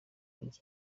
iki